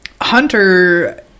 Hunter